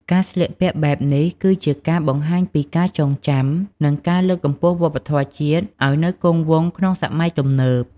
ការស្លៀកពាក់បែបនេះគឺជាការបង្ហាញពីការចងចាំ និងការលើកកម្ពស់វប្បធម៌ជាតិឲ្យនៅគង់វង្សក្នុងសម័យទំនើប។